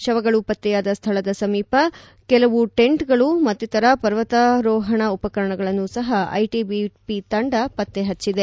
ಶವಗಳು ಪತ್ತೆಯಾದ ಸ್ಥಳದ ಸಮೀಪ ಕೆಲವು ಟೆಂಟ್ಗಳು ಮತ್ತಿತರ ಪರ್ವತಾರೋಹಣ ಉಪಕರಣಗಳನ್ನು ಸಹ ಐಟಿಬಿಪಿ ತಂಡ ಪತ್ತೆ ಹಚ್ಚಿದೆ